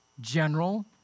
general